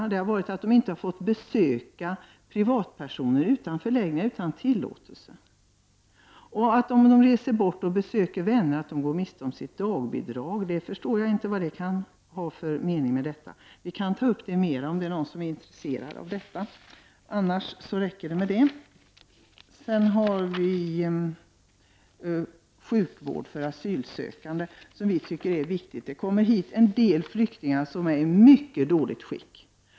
Flyktingarna får t.ex. inte besöka privatpersoner utanför förläggningarna utan tillåtelse. Det förekommer också att flyktingar som reser bort och besöker vänner går miste om sitt dagbidrag -— jag förstår inte vad det kan vara för mening med detta. Vi kan diskutera sådana frågor ytterligare, om det är någon som är intresserad. Vidare tycker vi att sjukvården för asylsökande är en viktig fråga. Till Sverige kommer en del flyktingar som är i mycket dåligt skick.